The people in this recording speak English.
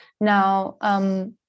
Now